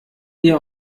ihr